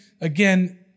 again